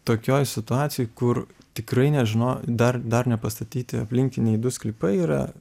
tokioj situacijoj kur tikrai nežino dar dar nepastatyti aplinkiniai du sklypai yra